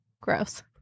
Gross